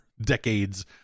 decades